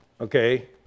Okay